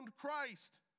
Christ